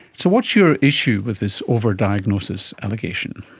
so what's your issue with this over-diagnosis allegation?